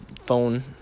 phone